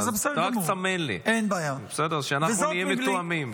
רק תסמן לי, שנהיה מתואמים.